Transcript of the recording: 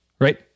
Right